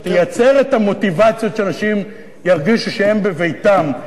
תייצר את המוטיבציות שאנשים ירגישו שהם בביתם.